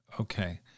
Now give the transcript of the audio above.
Okay